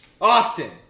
Austin